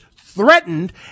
threatened